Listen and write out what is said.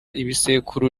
ibisekuru